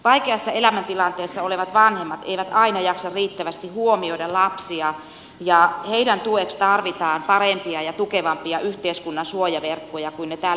vaikeassa elämäntilanteessa olevat vanhemmat eivät aina jaksa riittävästi huomioida lapsia ja heidän tuekseen tarvitaan parempia ja tukevampia yhteiskunnan suojaverkkoja kuin tällä hetkellä on